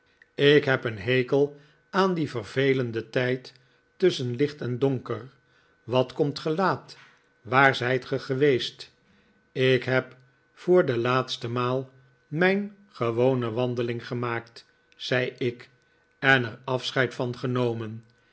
ik heb een hekel aan dien vervelenden tijd tusschen licht en donker wat komt ge laat waar zijt ge geweest ik heb voor de laatste maal mijn gewone wandeling gemaakt zei ik en er afscheid van genomen